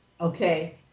Okay